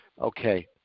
Okay